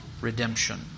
redemption